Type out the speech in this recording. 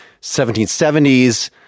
1770s